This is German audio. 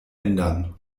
ändern